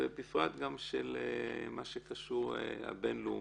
ובפרט גם מה שקשור לבינלאומי.